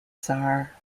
sar